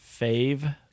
fave –